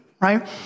right